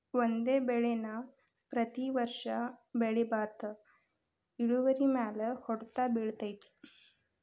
ಒಂದೇ ಬೆಳೆ ನಾ ಪ್ರತಿ ವರ್ಷ ಬೆಳಿಬಾರ್ದ ಇಳುವರಿಮ್ಯಾಲ ಹೊಡ್ತ ಬಿಳತೈತಿ